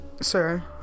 Sir